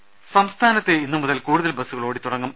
ദരര സംസ്ഥാനത്ത് ഇന്നുമുതൽ കൂടുതൽ ബസുകൾ ഓടിത്തുടങ്ങും